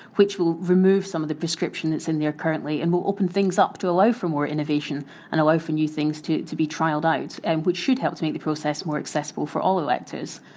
which will remove some of the prescription that's in there currently and will open things up to allow for more innovation and allow for new things to to be trialled out and which should help to make the process more accessible for all electors.